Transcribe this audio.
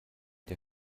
der